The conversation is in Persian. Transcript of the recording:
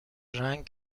رنگ